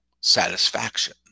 satisfaction